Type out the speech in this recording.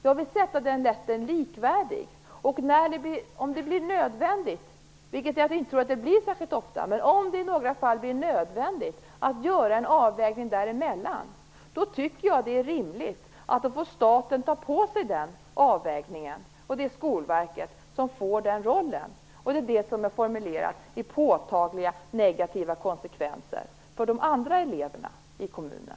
Jag vill att de rättigheterna skall vara likvärdiga. Om det blir nödvändigt - vilket jag inte tror att det blir särskilt ofta - att göra en avvägning däremellan tycker jag att det är rimligt att staten får ta på sig att göra den avvägningen, och det är Skolverket som får den rollen. Det är det som är formulerat som "påtagliga negativa konsekvenser för de andra eleverna i kommunen".